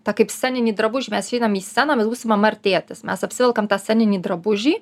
tą kaip sceninį drabužį mes išeinam į sceną mes būsim mama ir tėtis mes apsivelkam tą sceninį drabužį